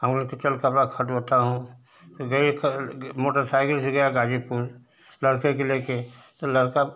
हम बोले कि चल कपड़ा खरीदता हूँ तो गए मोटरसाइकिल से गया गाज़ीपुर लड़के को लेकर तो लड़का